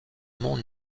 mont